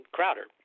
Crowder